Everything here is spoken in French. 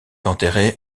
enterré